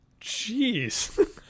Jeez